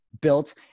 built